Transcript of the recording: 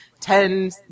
ten